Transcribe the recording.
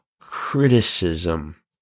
criticism